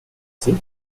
see